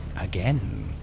Again